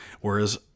Whereas